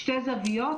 שתי זוויות,